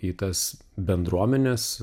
į tas bendruomenes